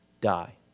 die